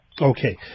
Okay